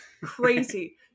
Crazy